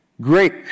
Great